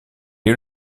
est